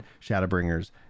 Shadowbringers